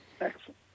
Excellent